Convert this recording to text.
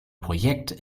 projekt